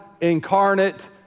incarnate